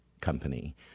company